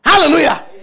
Hallelujah